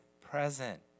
present